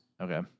Okay